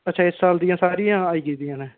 अच्छा इस साल दी सारियां आई गेदियां न